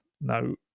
no